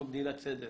אנחנו מדינת סדר.